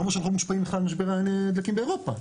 זה לא אומר שאנחנו לא מושפעים בכלל ממשבר הדלקים באירופה,